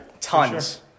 Tons